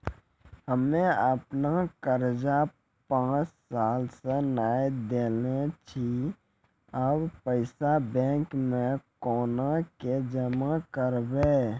हम्मे आपन कर्जा पांच साल से न देने छी अब पैसा बैंक मे कोना के जमा करबै?